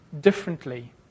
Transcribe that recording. differently